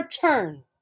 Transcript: turn